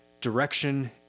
direction